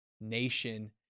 nation